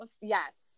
Yes